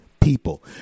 people